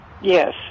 Yes